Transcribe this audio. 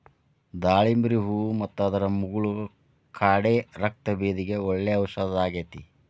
ದಾಳಿಂಬ್ರಿ ಹೂ ಮತ್ತು ಅದರ ಮುಗುಳ ಕಾಡೆ ರಕ್ತಭೇದಿಗೆ ಒಳ್ಳೆ ಔಷದಾಗೇತಿ